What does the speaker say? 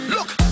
Look